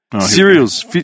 Cereals